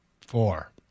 Four